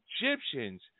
egyptians